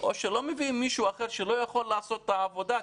או שלא מביאים מישהו אחר שלא יכול לעשות את העבודה.